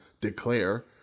declare